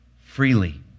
freely